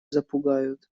запугают